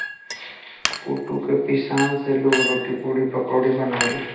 कुटू के पिसान से लोग रोटी, पुड़ी, पकउड़ी बनावेला